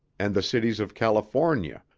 and the cities of california,